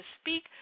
speak